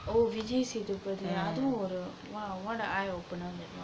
oh vijay sethupathi ah அதுவும் ஒரு:athuvum oru !wow! what an eye opener that one